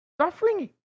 Suffering